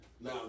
Now